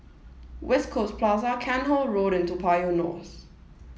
West Coast Plaza Cairnhill Road and Toa Payoh North